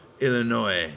Illinois